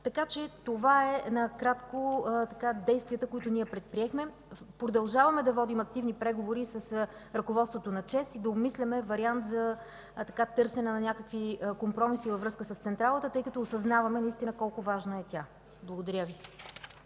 решение. Това са накратко действията, които предприехме. Продължаваме да водим активни преговори с ръководството на ЧЕЗ и да обмисляме вариант за търсене на някакви компромиси във връзка с централата, тъй като осъзнаваме колко важна е тя. Благодаря Ви.